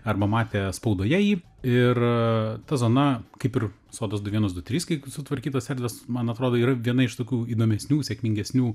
arba matė spaudoje jį ir ta zona kaip ir sodas du vienas du trys kai sutvarkytos erdvės man atrodo yra viena iš tokių įdomesnių sėkmingesnių